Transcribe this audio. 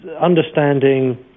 understanding